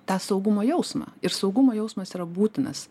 tą saugumo jausmą ir saugumo jausmas yra būtinas